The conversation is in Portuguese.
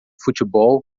futebol